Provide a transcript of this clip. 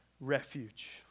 refuge